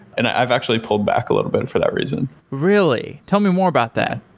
and i've actually pulled back a little bit for that reason. really? tell me more about that.